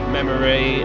Memory